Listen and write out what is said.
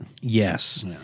yes